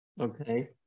Okay